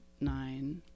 nine